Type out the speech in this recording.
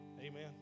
Amen